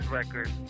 record